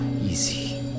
Easy